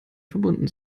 verbunden